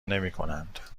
نمیکنند